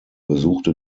besuchte